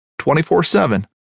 24-7